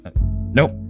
Nope